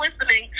listening